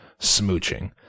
smooching